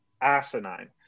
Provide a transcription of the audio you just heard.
asinine